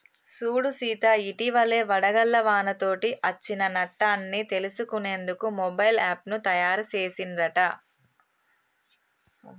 సూడు సీత ఇటివలే వడగళ్ల వానతోటి అచ్చిన నట్టన్ని తెలుసుకునేందుకు మొబైల్ యాప్ను తాయారు సెసిన్ రట